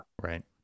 Right